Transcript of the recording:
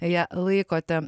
ją laikote